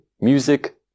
music